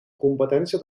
competència